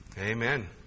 amen